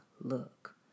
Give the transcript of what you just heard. look